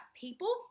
people